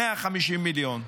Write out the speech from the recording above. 150 מיליון,